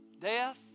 death